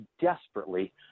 desperately